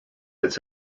its